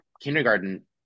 kindergarten